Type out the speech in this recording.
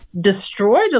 destroyed